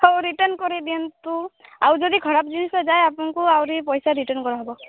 ହଉ ରିଟର୍ନ କରାଇ ଦିଅନ୍ତୁ ଆଉ ଯଦି ଖରାପ ଜିନିଷ ଯାଏ ଆପଣଙ୍କୁ ଆହୁରି ପଇସା ରିଟର୍ନ କରାହେବ